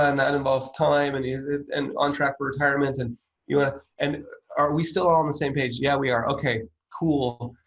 and that involves time and yeah and on track for retirement and are and are we still on the same page? yeah, we are. okay cool.